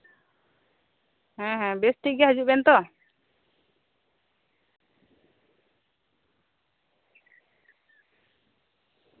ᱦᱮᱸ ᱦᱮᱸ ᱵᱮᱥ ᱴᱷᱤᱠᱜᱮᱭᱟ ᱦᱤᱡᱩᱜ ᱵᱮᱱ ᱛᱚ